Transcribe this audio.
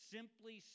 Simply